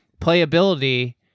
playability